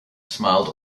smiled